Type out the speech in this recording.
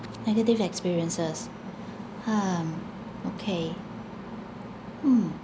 negative experiences hmm okay mm